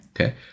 Okay